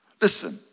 Listen